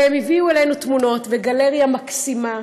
הם הביאו לנו תמונות, גלריה מקסימה.